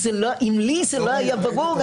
אם לי זה לא היה ברור,